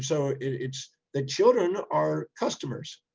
so it's, the children are customers.